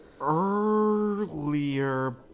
earlier